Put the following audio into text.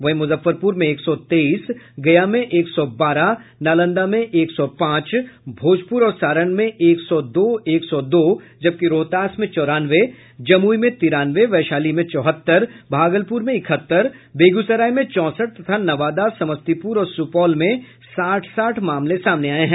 वहीं मुजफ्फरपुर में एक सौ तेईस गया में एक सौ बारह नालंदा में एक सौ पांच भोजपुर और सारण में एक सौ दो एक सौ दो जबकि रोहतास में चौरानवे जमुई में तिरानवे वैशाली में चौहत्तर भागलपुर में इकहत्तर बेगूसराय में चौंसठ तथा नवादा समस्तीपुर और सुपौल में साठ साठ मामले सामने आये हैं